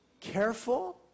careful